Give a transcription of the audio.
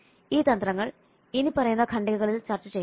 ഈ തന്ത്രങ്ങൾ ഇനിപ്പറയുന്ന ഖണ്ഡികകളിൽ ചർച്ച ചെയ്യുന്നു